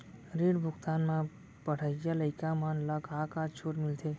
ऋण भुगतान म पढ़इया लइका मन ला का का छूट मिलथे?